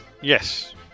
Yes